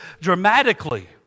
dramatically